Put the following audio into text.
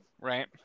right